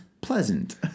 pleasant